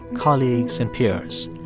colleagues and peers.